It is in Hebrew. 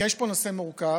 יש פה נושא מורכב,